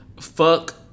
Fuck